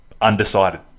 Undecided